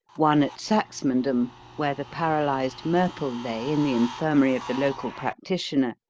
one at saxmundham, where the paralysed murple lay in the infirmary of the local practitioner,